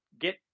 get